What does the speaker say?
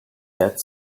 that